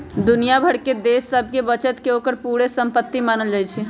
दुनिया भर के देश सभके बचत के ओकर पूरे संपति मानल जाइ छइ